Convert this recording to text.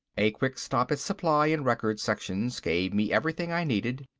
a quick stop at supply and record sections gave me everything i needed.